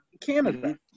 Canada